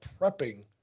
prepping